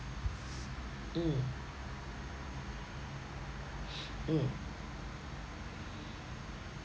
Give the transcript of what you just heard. mm mm